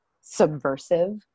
subversive